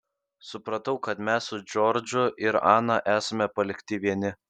supratau kad mes su džordžu ir ana esame palikti vieni